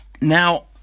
now